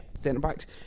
centre-backs